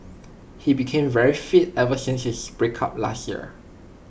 he became very fit ever since his breakup last year